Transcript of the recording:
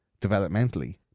Developmentally